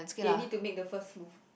they need to make the first move